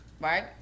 right